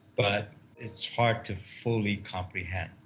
but it's hard to fully comprehend.